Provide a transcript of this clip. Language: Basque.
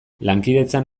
lankidetzan